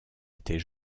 était